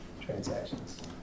transactions